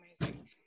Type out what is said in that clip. amazing